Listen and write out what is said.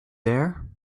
there